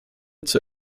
zur